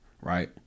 right